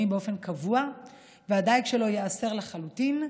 באופן קבוע והדייג שלו ייאסר לחלוטין,